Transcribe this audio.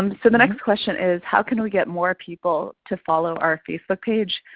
um so the next question is how can we get more people to follow our facebook page?